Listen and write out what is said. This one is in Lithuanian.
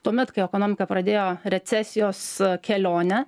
tuomet kai ekonomika pradėjo recesijos kelionę